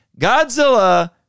Godzilla